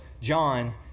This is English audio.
John